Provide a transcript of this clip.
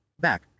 back